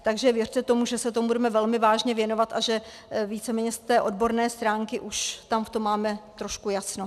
Takže věřte tomu, že se tomu budeme velmi vážně věnovat a že víceméně z té odborné strany už v tom máme trošku jasno.